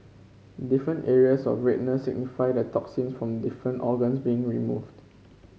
different areas of redness signify the toxins from different organs being removed